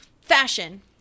fashion